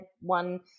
one